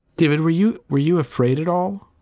david, were you were you afraid at all.